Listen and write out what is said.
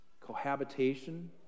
Cohabitation